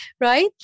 right